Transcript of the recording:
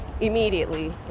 immediately